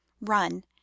Run